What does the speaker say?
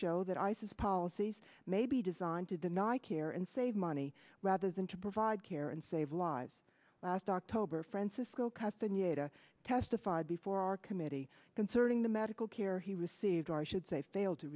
show that isis policies may be designed to deny care and save money rather than to provide care and save lives last october francisco california testified before our committee concerning the medical care he received or i should say failed to